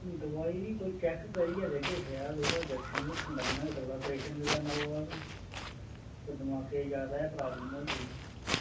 दवाई बी कोई चेक करियै देगे शैल थोह्ड़ा इंजेक्शन अजूक्शन लग्गना होई सकदा आपरेशन बी करना पवै भाएं ते दमागै गी जायदा गै प्राब्लेम होई गेदी